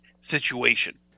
situation